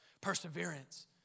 perseverance